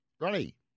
Ronnie